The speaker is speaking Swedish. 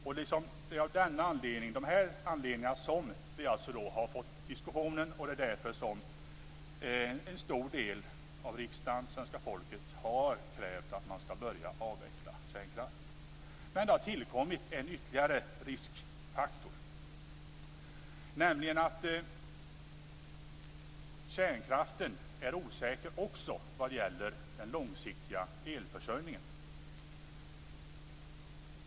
Det är av dessa anledningar som vi har fått diskussionen, och det är därför som en stor del av riksdagen och svenska folket har krävt att kärnkraften skall börja avvecklas. Men det har tillkommit en ytterligare riskfaktor, nämligen att kärnkraften är osäker också vad gäller den långsiktiga elförsörjningen.